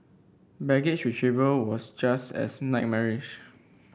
baggage retrieval was just as nightmarish